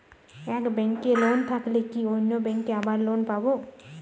এক ব্যাঙ্কে লোন থাকলে কি অন্য ব্যাঙ্কে আবার লোন পাব?